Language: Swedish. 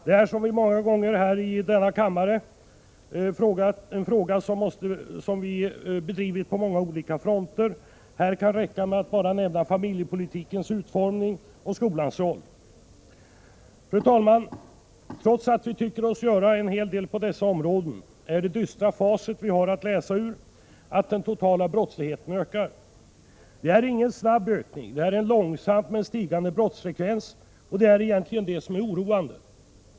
Det gäller, som vi många gånger sagt i denna kammare, en fråga som vi drivit på många fronter. Här kan det räcka med att nämna familjepolitikens utformning och skolans roll. Fru talman! Trots att vi tycker oss göra en hel del på dessa områden säger det dystra facit som vi har att läsa ur att den totala brottsligheten ökar. Det är ingen snabb ökning. Det är en långsamt stigande brottsfrekvens, och det är egentligen detta som är oroande.